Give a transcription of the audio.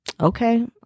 Okay